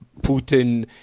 Putin